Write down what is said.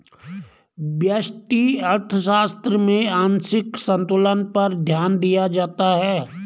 व्यष्टि अर्थशास्त्र में आंशिक संतुलन पर ध्यान दिया जाता है